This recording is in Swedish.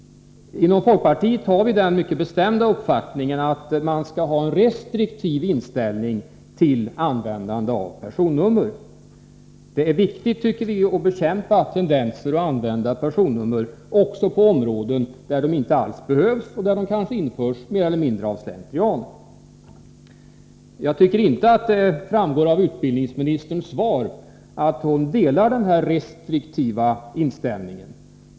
Inom folkpartiet har vi den mycket bestämda uppfattningen att man skall ha en restriktiv inställning till användandet av personnummer. Det är viktigt, tycker vi, att bekämpa tendenser att använda personnummer också på områden där de inte alls behövs utan kanske har införts mer eller mindre av slentrian. Jag tycker inte att det framgår av utbildningsministerns svar att hon delar denna restriktiva inställning.